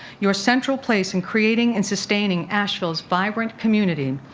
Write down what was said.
your central place in creating and sustaining asheville's vibrant community,